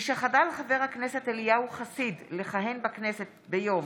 משחדל חבר הכנסת אליהו חסיד לכהן בכנסת ביום